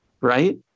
right